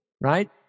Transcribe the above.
right